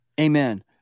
Amen